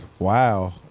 Wow